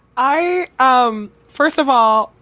i um first of all,